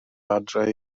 adre